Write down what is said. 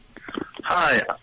Hi